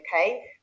okay